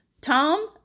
Tom